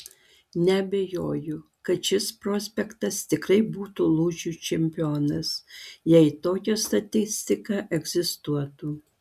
neabejoju kad šis prospektas tikrai būtų lūžių čempionas jei tokia statistika egzistuotų